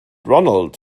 ronald